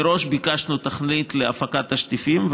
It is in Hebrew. מראש ביקשנו תוכנית להפקת תשטיפים,